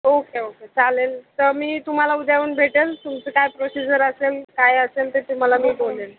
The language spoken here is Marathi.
ओके ओके चालेल तर मी तुम्हाला उद्या येऊन भेटेन तुमचं काय प्रोसिजर असेल काय असेल ते तुम्हाला मी बोलेन